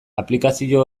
aplikazio